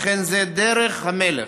שכן זו דרך המלך.